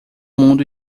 mundo